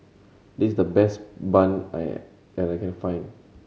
this is the best bun I I can find